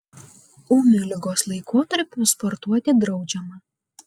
ūmiu ligos laikotarpiui sportuoti draudžiama